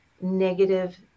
negative